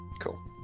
Cool